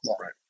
Right